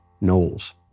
Knowles